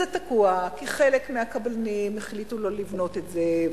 זה תקוע כי חלק מהקבלנים החליטו לא לבנות את זה,